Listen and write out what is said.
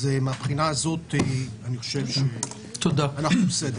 מהבחינה הזאת אני חשוב שאנחנו בסדר.